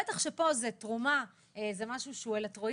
בטח פה כשזה תרומה והוא אלטרואיסטי.